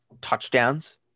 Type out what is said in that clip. touchdowns